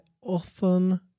often